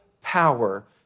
power